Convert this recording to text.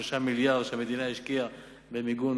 מיליארדי שקלים שהמדינה השקיעה במיגון,